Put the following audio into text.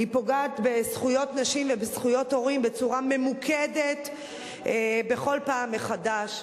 היא פוגעת בזכויות נשים ובזכויות הורים בצורה ממוקדת בכל פעם מחדש.